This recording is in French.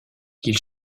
qu’il